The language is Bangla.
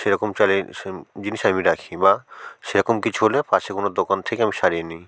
সেরকম সেরকম জিনিস আমি রাখি বা সেরকম কিছু হলে পাশে কোনো দোকান থেকে আমি সারিয়ে নিই